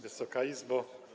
Wysoka Izbo!